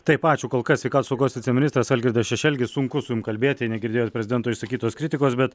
taip ačiū kol kas saugos viceministras algirdas šešelgis sunku su jum kalbėti negirdėjęs prezidento išsakytos kritikos bet